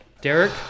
Derek